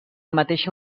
mateixa